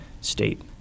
state